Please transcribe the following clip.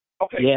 Okay